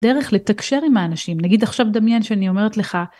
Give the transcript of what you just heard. דרך לתקשר עם האנשים, נגיד עכשיו דמיין שאני אומרת לך.